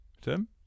Tim